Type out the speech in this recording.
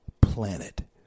planet